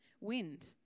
wind